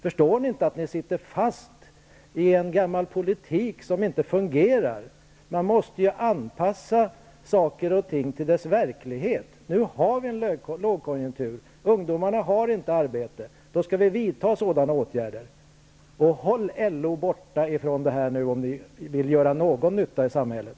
Förstår ni inte att ni sitter fast i en gammal politik, som inte fungerar? Man måste ju anpassa saker och ting till verkligheten. Nu har vi en lågkonjunktur, och ungdomarna har inte arbete, och då skall vi vidta sådana här åtgärder. Håll LO borta från det här nu, om ni vill göra någon nytta i samhället!